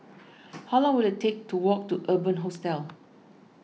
how long will it take to walk to Urban Hostel